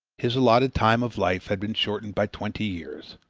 his allotted time of life had been shortened by twenty years.